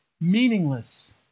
meaningless